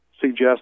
suggest